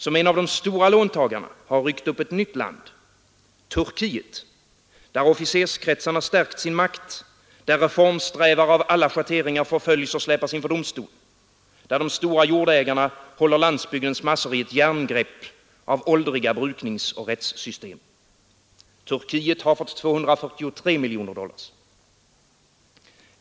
Som en av de stora låntagarna har ett nytt land ryckt upp — Turkiet, där officerskretsarna stärkt sin makt, där reformsträvare av alla schatteringar förföljs och släpas inför domstol, där de stora jordägarna håller landsbygdens massor i ett järngrepp av åldriga brukningsoch rättssystem. Turkiet har fått 243 miljoner dollar.